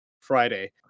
Friday